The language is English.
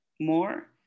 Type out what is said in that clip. more